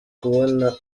kubona